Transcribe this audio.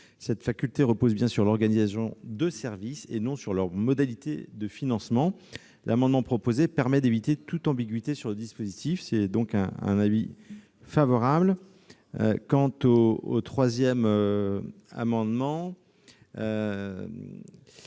Cette faculté repose bien sur l'organisation de services et non sur leurs modalités de financement. L'amendement proposé permet d'éviter toute ambiguïté sur le dispositif. La commission a donc émis un avis favorable. Quant à l'amendement